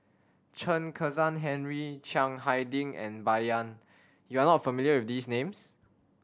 Chen Kezhan Henri Chiang Hai Ding and Bai Yan you are not familiar with these names